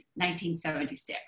1976